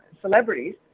celebrities